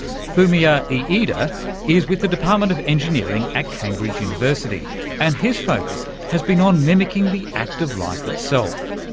fumiya iida is with the department of engineering at cambridge university and his focus has been on mimicking the act of life itself,